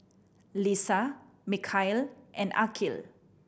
Lisa Mikhail and Aqil